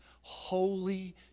holy